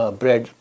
bread